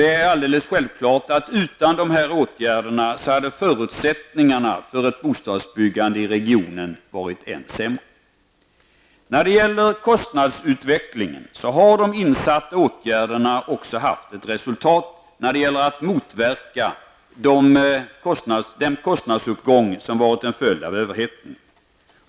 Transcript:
Det är alldeles självklart att förutsättningarna för ett bostadsbyggande i regionen hade varit ännu sämre utan dessa åtgärder. När det gäller kostnadsutvecklingen har de åtgärder som vidtagits också haft ett resultat när det gällt att motverka den kostnadsuppgång som varit en följd av överhettningen.